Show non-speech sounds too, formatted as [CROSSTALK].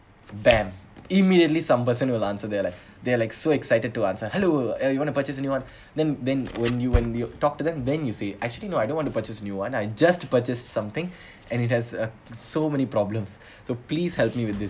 bam immediately some person will answer that like they're like so excited to answer hello eh you want to purchase a new one [BREATH] then then when you when you talk to them then you say actually no I don't want to purchase a new one I just to purchase something [BREATH] and it has uh so many problems [BREATH] so please help me with this